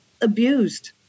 abused